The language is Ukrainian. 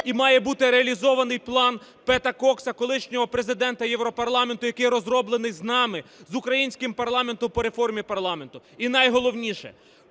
і має бути реалізований план Пета Кокса, колишнього Президента Європарламенту, який розроблений з нами, з українським парламентом по реформі парламенту. І найголовніше.